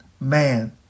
Man